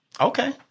okay